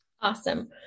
Awesome